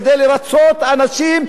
כדי לרצות אנשים,